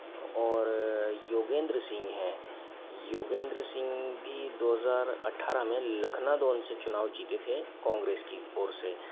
और योगेंद्र सिंह हैं योगेंद्र सिंह भी दो हज़ार अठारह में लखनादौन से चुनाव जीते थे कांग्रेस की ओर से